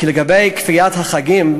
כי לגבי החגים,